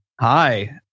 Hi